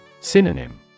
Synonym